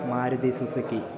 Maruti Suzuki